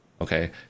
okay